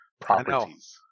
properties